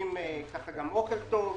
מחלקים שם אוכל טוב,